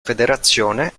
federazione